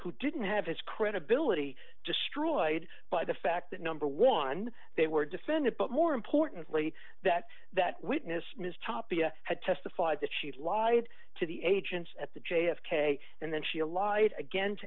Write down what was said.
who didn't have his credibility destroyed by the fact that number one they were defended but more importantly that that witness ms tapia had testified that she lied to the agents at the j f k and then she lied again